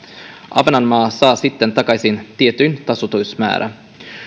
ahvenanmaa saa sitten takaisin tietyn tasoitusmäärän